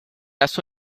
las